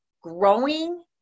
growing